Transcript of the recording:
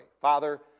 Father